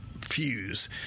fuse